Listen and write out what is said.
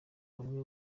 bamwe